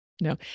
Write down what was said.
no